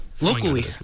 locally